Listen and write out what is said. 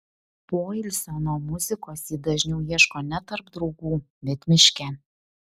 poilsio nuo muzikos ji dažniau ieško ne tarp draugų bet miške